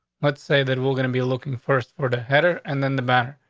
let's say that we're gonna be looking first for the header and then the batter.